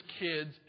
kids